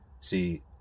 See